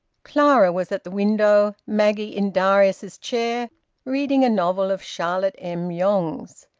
clara was at the window, maggie in darius's chair reading a novel of charlotte m. yonge's.